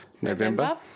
November